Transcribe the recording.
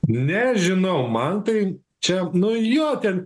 nežinau man tai čia nu jo ten